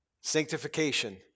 Sanctification